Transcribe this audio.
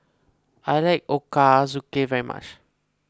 I like Ochazuke very much